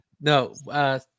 No